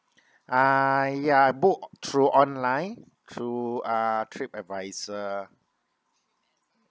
uh ya I book through online through uh trip advisor